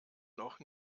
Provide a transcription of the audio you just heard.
noch